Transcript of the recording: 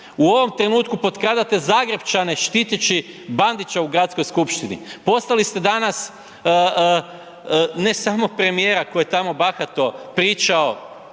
u ovom trenutku potkradate Zagrepčane štiteći Bandića u Gradskoj skupštini, poslali ste danas ne samo premijera koji je tamo bahato pričao